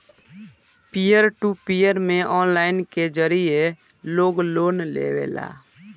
पियर to peer में online के जरिए लोग लोन लेवेला